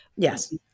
Yes